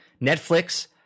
Netflix